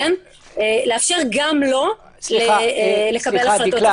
לאפשר גם לו לקבל החלטות.